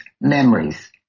memories